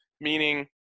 meaning